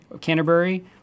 Canterbury